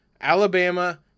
alabama